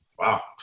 Wow